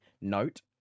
note